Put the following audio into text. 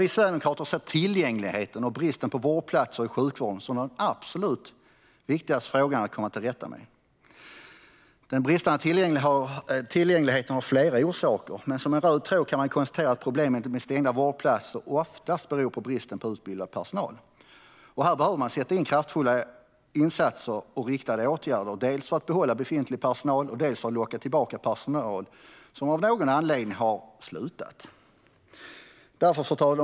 Vi sverigedemokrater ser tillgängligheten och bristen på vårdplatser i sjukvården som den absolut viktigaste frågan att komma till rätta med. Den bristande tillgängligheten har flera orsaker, men som en röd tråd kan man konstatera att problemet med stängda vårdplatser oftast beror på brist på utbildad vårdpersonal. Här behöver man sätta in kraftfulla insatser och riktade åtgärder dels för att behålla befintlig personal, dels för att locka tillbaka personal som av någon anledning har slutat. Fru talman!